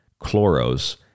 Chloros